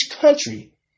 country